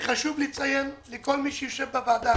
וחשוב לציין לכל מי שיושב בוועדה,